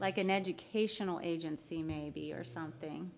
like an educational agency maybe or something